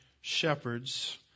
shepherds